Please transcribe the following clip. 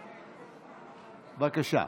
בבקשה.